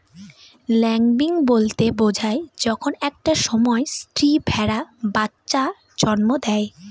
lambing বলতে বোঝায় যখন একটা সময় স্ত্রী ভেড়া বাচ্চা জন্ম দেয়